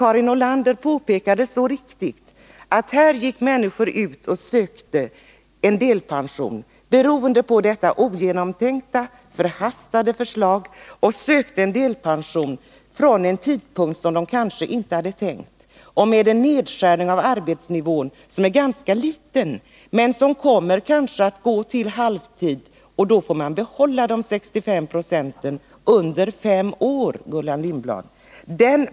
Karin Nordlander påpekade så riktigt att människor, beroende på detta ogenomtänkta och förhastade förslag, sökte delpension från en tidpunkt som de egentligen inte hade tänkt sig och med en nedskärning av arbetsnivån som nu är ganska liten men som senare kan ökas. Då får man behålla de 65 procenten under fem år, Gullan Lindblad.